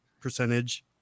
percentage